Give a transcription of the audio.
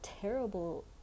terrible